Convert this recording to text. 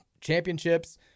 championships